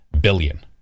billion